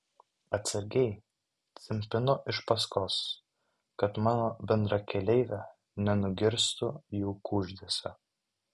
atsargiai cimpinu iš paskos kad mano bendrakeleivė nenugirstų jų kuždesio